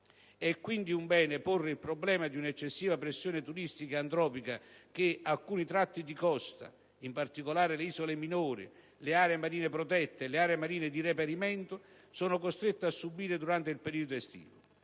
È quindi un bene porre il problema di una eccessiva pressione turistica e antropica che alcuni tratti di costa, in particolare le isole minori, le aree marine protette e le aree marine di reperimento, sono costretti a subire durante il periodo estivo.